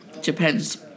Depends